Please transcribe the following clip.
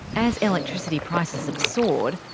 as electricity prices have soared,